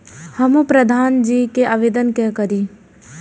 हमू प्रधान जी के आवेदन के करी?